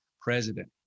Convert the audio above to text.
president